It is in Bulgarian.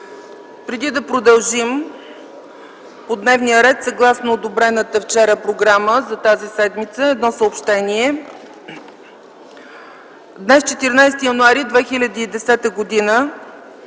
Преди да пристъпим към дневния ред, съгласно обявената вчера програма за тази седмица, едно съобщение. Днес, 14 януари 2010 г.,